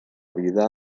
vida